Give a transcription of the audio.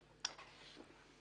מגידולם.